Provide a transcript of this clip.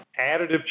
additive